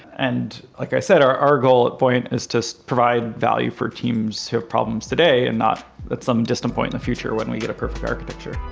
and like i said, our our goal at buoyant is just o provide value for teams who have problems today and not at some distant point in the future when we get a perfect architecture.